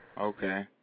Okay